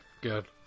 good